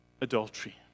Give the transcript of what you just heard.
adultery